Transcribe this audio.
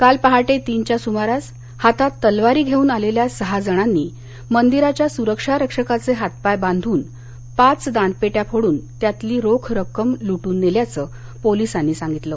काल पहाटे तीनच्या सुमारास हातात तलवारी घेऊन आलेल्या सहा जणांनी मंदिराच्या सुरक्षा रक्षकाचे हातपाय बांधून पाच दानपेट्या फोडून त्यातली रोख रक्कम लुटून नेल्याचं पोलिसांनी सांगितलं